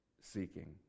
seeking